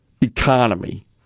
economy